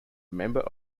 member